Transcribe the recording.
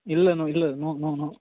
இல்லை நோ இல்லை no no no